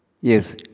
yes